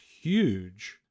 huge